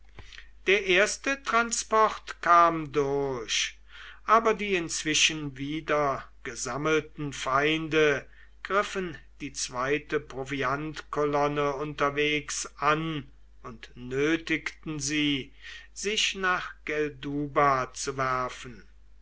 der erste transport kam durch aber die inzwischen wieder gesammelten feinde griffen die zweite proviantkolonne unterwegs an und nötigten sie sich nach gelduba zu werfen